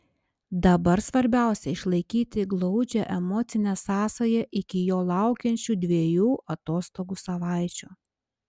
dabar svarbiausia išlaikyti glaudžią emocinę sąsają iki jo laukiančių dviejų atostogų savaičių